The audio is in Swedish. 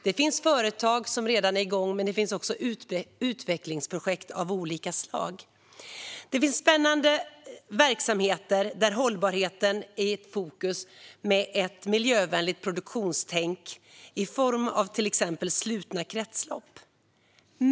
Det finns företag som redan är i gång, men det finns också utvecklingsprojekt av olika slag. Det finns spännande verksamheter där hållbarheten är i fokus med ett miljövänligt produktionstänk i form av till exempel slutna kretslopp.